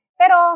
pero